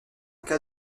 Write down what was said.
cas